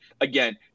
Again